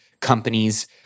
companies